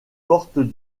porte